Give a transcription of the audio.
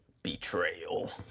Betrayal